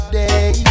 day